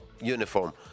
uniform